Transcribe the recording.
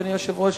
אדוני היושב-ראש,